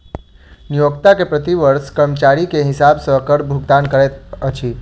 नियोक्ता के प्रति वर्ष कर्मचारी के हिसाब सॅ कर भुगतान कर पड़ैत अछि